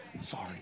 sorry